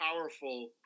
powerful